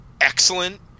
excellent